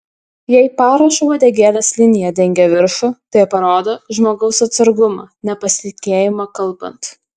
jei parašo uodegėlės linija dengia viršų tai parodo žmogaus atsargumą nepasitikėjimą kalbant